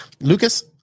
Lucas